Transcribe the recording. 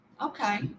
Okay